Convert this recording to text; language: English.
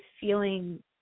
feeling